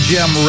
Gem